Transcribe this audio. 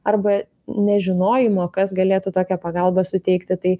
arba nežinojimo kas galėtų tokią pagalbą suteikti tai